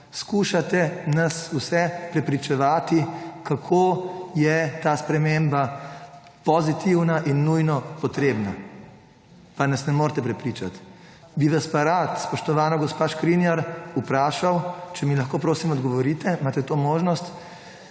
Skušate nas vse prepričevati, kako je ta sprememba pozitivna in nujno potrebna. Pa nas ne morete prepričati. Bi vas pa rad, spoštovana gospa Škrinjar, vprašal, če mi lahko, prosim, odgovorite, imate to možnost.